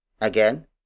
Again